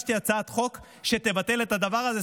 הגשתי הצעת חוק שתבטל את הדבר הזה.